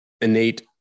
innate